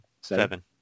Seven